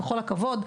בכל הכבוד.